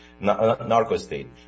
narco-state